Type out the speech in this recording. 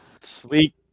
sleek